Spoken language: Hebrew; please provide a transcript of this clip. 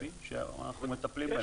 ספציפיים שאנחנו מטפלים בהם.